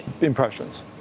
impressions